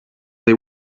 they